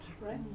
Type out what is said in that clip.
right